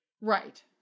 Right